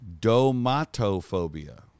Domatophobia